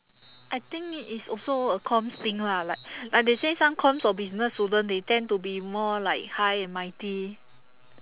I think it's also a comms thing lah like like they say some comms or business student they tend to be more like high and mighty